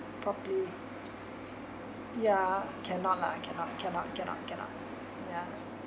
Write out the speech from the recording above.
properly ya cannot lah cannot cannot cannot cannot ya